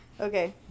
Okay